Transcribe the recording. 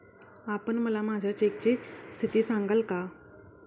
आपण मला माझ्या चेकची स्थिती सांगाल का?